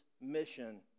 mission